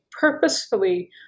purposefully